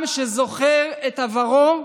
עם שזוכר את עברו,